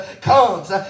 comes